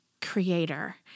creator